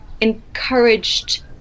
encouraged